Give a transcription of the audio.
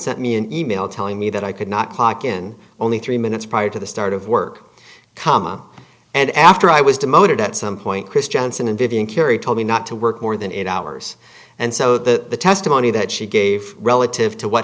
sent me an e mail telling me that i could not clock in only three minutes prior to the start of work comma and after i was demoted at some point chris johnson and vivian carey told me not to work more than eight hours and so the testimony that she gave relative to what